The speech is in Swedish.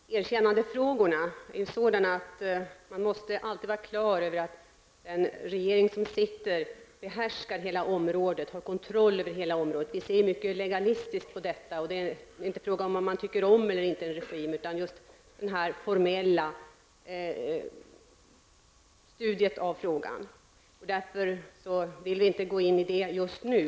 Herr talman! När det gäller frågan om erkännande måste man alltid vara klar över att den sittande regeringen behärskar och har kontroll över hela området. Vi har en mycket legalistisk syn på detta. Det är inte fråga om huruvida man gillar eller ogillar en regim, utan man bedömer frågan rent formellt. Därför vill vi just nu inte gå in för något erkännande.